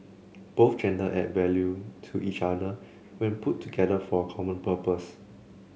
both gender add value to each other when put together for a common purpose